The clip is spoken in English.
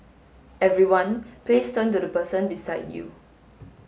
everyone please turn to the person beside you